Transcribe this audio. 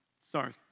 sorry